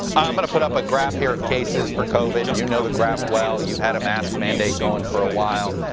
i'm going to put up a graph here of cases for covid. you know the graph well. you've had a mask mandate going for a while.